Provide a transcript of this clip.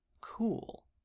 cool